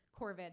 corvid